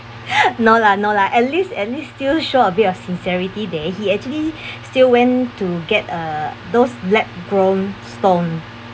no lah no lah at least at least still show a bit of sincerity there he actually still went to get a those lab grown stone